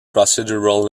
procedural